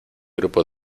grupo